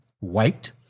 wiped